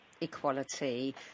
equality